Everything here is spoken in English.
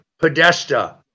Podesta